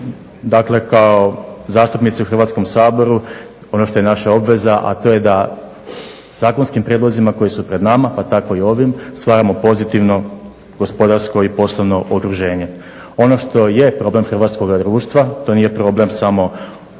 dakle kao zastupnici u Hrvatskom saboru, ono što je naša obveza, a to je da zakonskim prijedlozima koji su pred nama pa tako i ovim stvaramo pozitivno gospodarsko i poslovno okruženje. Ono što je problem hrvatskoga društva to nije problem samo ove